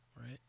right